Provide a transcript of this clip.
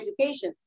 education